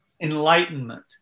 enlightenment